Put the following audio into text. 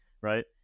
right